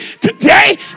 today